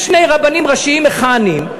יש שני רבנים ראשיים מכהנים,